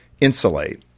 insulate